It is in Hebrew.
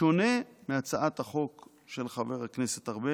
בשונה מהצעת החוק של חבר הכנסת ארבל,